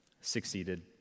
succeeded